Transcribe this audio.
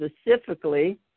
specifically